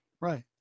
Right